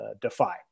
Defy